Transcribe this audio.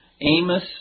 Amos